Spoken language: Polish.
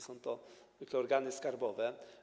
Są to organy skarbowe.